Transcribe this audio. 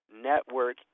network